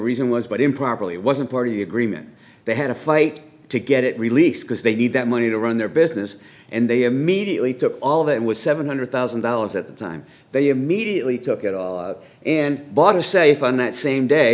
reason was but improperly it wasn't party agreement they had a fight to get it released because they need that money to run their business and they immediately took all that was seven hundred thousand dollars at the time they immediately took it all out and bought a safe on that same day